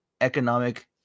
economic